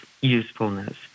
usefulness